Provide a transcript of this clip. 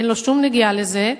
אין לו שום נגיעה לזה,